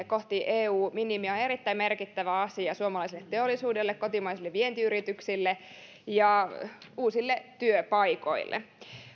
kohti eu minimiä on erittäin merkittävä asia suomalaiselle teollisuudelle kotimaisille vientiyrityksille ja uusille työpaikoille